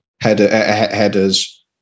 Headers